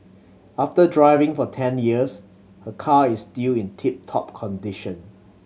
after driving for ten years her car is still in tip top condition